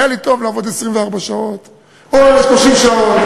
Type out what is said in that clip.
היה לי טוב לעבוד 24 שעות או 30 שעות,